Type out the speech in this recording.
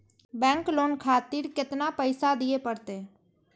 Bank loan खातीर केतना पैसा दीये परतें?